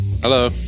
Hello